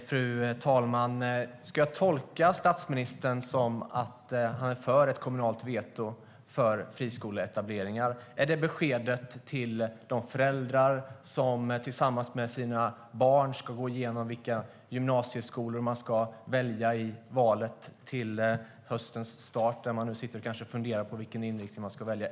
Fru talman! Ska jag tolka statsministern som att han är för ett kommunalt veto i fråga om friskoleetableringar? Är det beskedet till de föräldrar som tillsammans med sina barn ska gå igenom vilka gymnasieskolor de kan välja inför hösten? De sitter kanske nu och funderar på vilken inriktning de ska välja.